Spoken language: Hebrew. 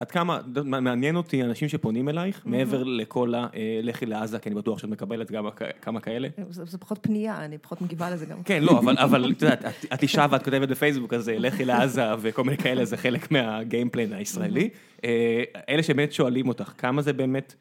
מעניין אותי אנשים שפונים אלייך, מעבר לכל הלכי לעזה כי אני בטוח שאת מקבלת כמה כאלה. זה פחות פנייה, אני פחות מגיבה לזה גם. כן, לא, אבל אתה יודעת, את אישה ואת כותבת בפייסבוק הזה, לכי לעזה וכל מיני כאלה, זה חלק מהגיימפלן הישראלי. אלה שבאמת שואלים אותך, כמה זה באמת...